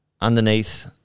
underneath